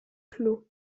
clos